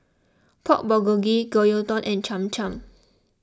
Pork Bulgogi Gyudon and Cham Cham